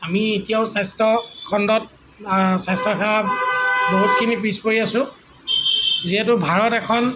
আমি এতিয়াও স্বাস্থ্যখণ্ডত স্বাস্থ্যসেৱাত বহুতখিনি পিছ পৰি আছোঁ যিহেতু ভাৰত এখন